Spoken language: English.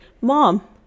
mom